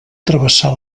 travessar